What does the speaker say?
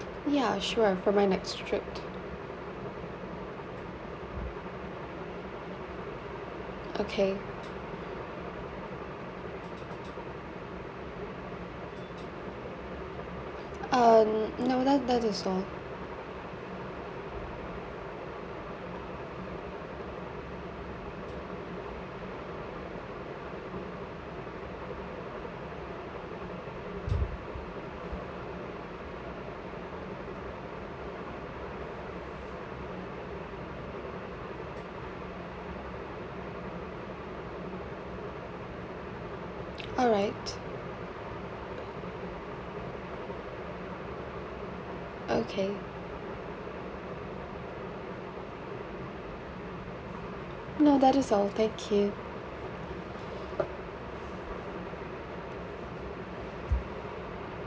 ya sure for my next trip okay um no that that is all